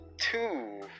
Two